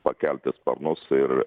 pakelti sparnus ir